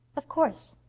of course.